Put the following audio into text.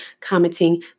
commenting